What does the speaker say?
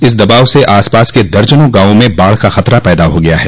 इस दबाव से आसपास के दर्जनों गांवों में बाढ़ का खतरा पैदा हो गया है